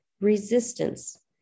resistance